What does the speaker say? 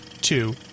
two